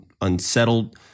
unsettled